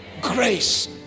Grace